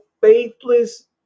faithless